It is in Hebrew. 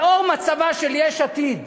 לאור מצבה של יש עתיד,